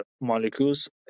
molecules